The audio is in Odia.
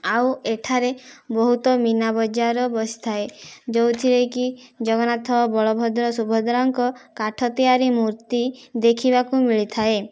ଆଉ ଏଠାରେ ବହୁତ ମୀନାବଜାର ବସିଥାଏ ଯେଉଁଥିରେ କି ଜଗନ୍ନାଥ ବଳଭଦ୍ର ସୁଭଦ୍ରାଙ୍କ କାଠ ତିଆରି ମୂର୍ତ୍ତି ଦେଖିବାକୁ ମିଳିଥାଏ